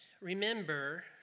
remember